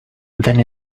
then